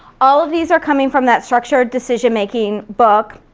all of these are coming from that structured decision-making book.